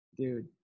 Dude